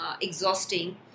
exhausting